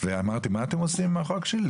ואמרתי מה אתם עושים עם החוק שלי?